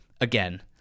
Again